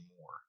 more